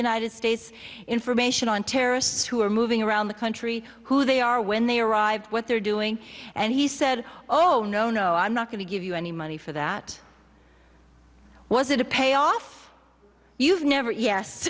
united states information on terrorists who are moving around the country who they are when they arrive what they're doing and he said oh no no i'm not going to give you any money for that was it a payoff you've never yes